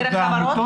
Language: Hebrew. דרך החברות?